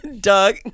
Doug